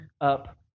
up